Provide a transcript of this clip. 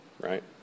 Right